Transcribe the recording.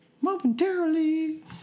momentarily